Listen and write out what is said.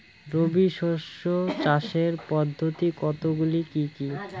রবি শস্য চাষের পদ্ধতি কতগুলি কি কি?